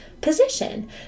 position